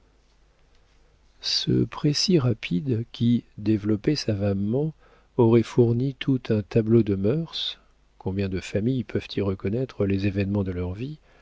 ce précis rapide qui développé savamment aurait fourni tout un tableau de mœurs combien de familles peuvent y reconnaître les événements de leur vie